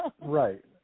Right